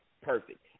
perfect